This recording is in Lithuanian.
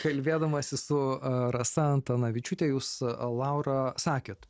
kalbėdamasis su rasa antanavičiūte jūs laura sakėt